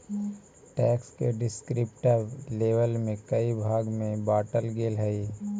tax के descriptive label के कई भाग में बांटल गेल हई